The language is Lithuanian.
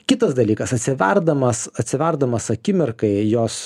kitas dalykas atsiverdamas atsiverdamas akimirkai jos